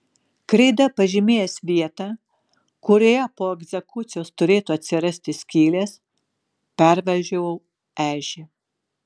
kreida pažymėjęs vietą kurioje po egzekucijos turėtų atsirasti skylės pervažiavau ežį